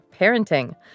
parenting